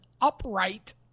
upright